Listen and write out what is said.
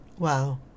Wow